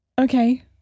Okay